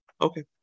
Okay